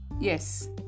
Yes